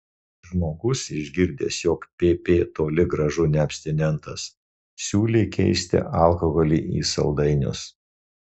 žmogus išgirdęs jog pp toli gražu ne abstinentas siūlė keisti alkoholį į saldainius